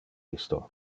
isto